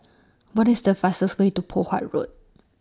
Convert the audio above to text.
What IS The fastest Way to Poh Huat Road